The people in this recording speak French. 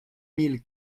mille